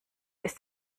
ist